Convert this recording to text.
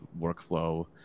workflow